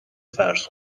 فرض